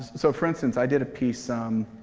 so for instance, i did a piece um